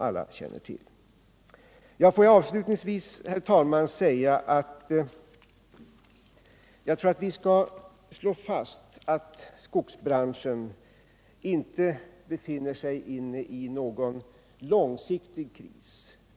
Får jag avslutningsvis, herr talman, säga att jag tror att vi skall slå fast att skogsbranschen inte befinner sig i någon långsiktig kris.